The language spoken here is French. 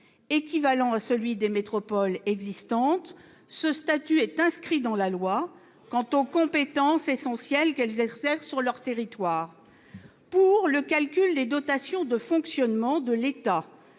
équivalent à celui des métropoles existantes. Ce statut est inscrit dans la loi quant aux compétences essentielles qu'elles exercent sur leur territoire. Pour le calcul des dotations de fonctionnement de l'État,